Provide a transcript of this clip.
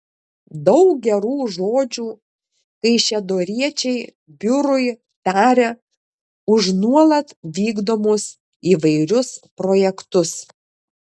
daug gerų žodžių kaišiadoriečiai biurui taria už nuolat vykdomus įvairius projektus